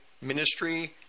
Ministry